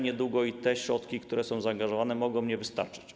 Niedługo i te środki, które są zaangażowane, mogą nie wystarczyć.